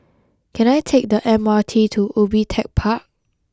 can I take the M R T to Ubi Tech Park